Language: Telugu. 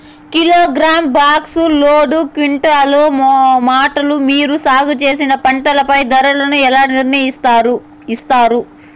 కిలోగ్రామ్, బాక్స్, లోడు, క్వింటాలు, మూటలు మీరు సాగు చేసిన పంటపై ధరలను ఎలా నిర్ణయిస్తారు యిస్తారు?